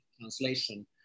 translation